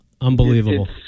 Unbelievable